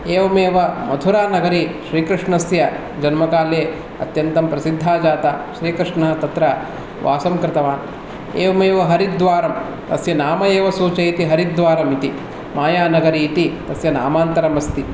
एवमेव मथुरानगरी श्रीकृष्णस्य जन्मकाले अत्यन्तं प्रसिद्धा जाता श्रीकृष्णः तत्र वासं कृतवान् एवमेव हरिद्वारम् अस्य नाम एव सूचयति हरिद्वारम् इति मायानगरीति अस्य नामान्तरमस्ति